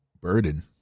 burden